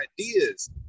ideas